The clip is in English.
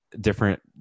different